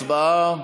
הצבעה.